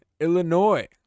Illinois